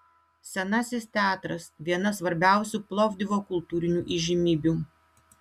senasis teatras viena svarbiausių plovdivo kultūrinių įžymybių